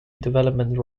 development